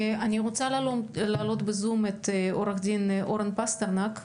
אני רוצה להעלות בזום את עו"ד אורן פסטרנק.